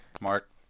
Mark